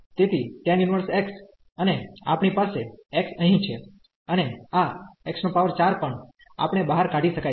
તેથી tan 1x અને આપણી પાસે x અહીં છે અને આ x4 પણ આપણે બહાર કાઢી શકાય છે